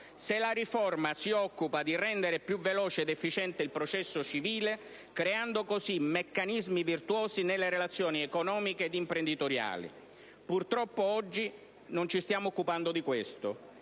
se la riforma si occupa di rendere più veloce ed efficiente il processo civile, creando così meccanismi virtuosi nelle relazioni economiche ed imprenditoriali. Purtroppo, oggi non ci stiamo occupando di questo,